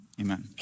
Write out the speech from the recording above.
Amen